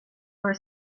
were